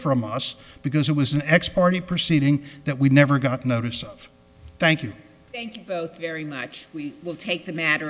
from us because it was an ex party proceeding that we never got notice of thank you very much we will take the